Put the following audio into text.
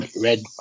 red